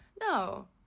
No